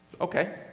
Okay